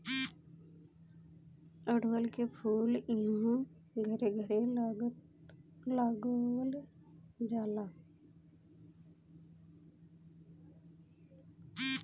अढ़उल के फूल इहां घरे घरे लगावल जाला